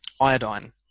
iodine